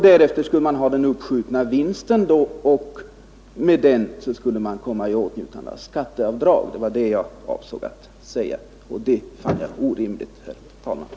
Därefter skulle man förfoga över den uppskjutna vinsten och med denna komma i åtnjutande av skatteavdrag. Detta finner jag orimligt herr talman.